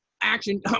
action